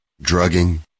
drugging